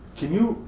can you?